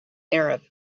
arab